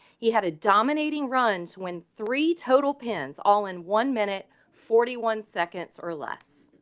he had a dominating runs when three total pins all in one minute forty one seconds or less